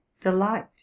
delight